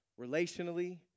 relationally